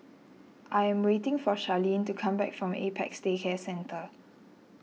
I am waiting for Charline to come back from Apex Day Care Centre